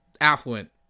affluent